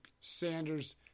Sanders